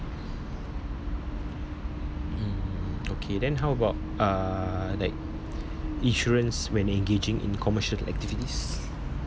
um okay then how about uh like insurance when engaging in commercial activities